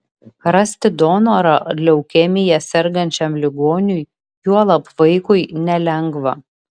rasti donorą leukemija sergančiam ligoniui juolab vaikui nelengva